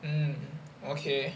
um okay